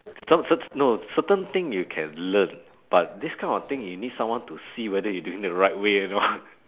some cert~ no certain thing you can learn but this kind of thing you need someone to see whether you doing the right way or not